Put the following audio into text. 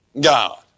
God